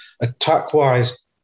Attack-wise